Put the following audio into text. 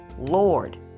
Lord